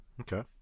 Okay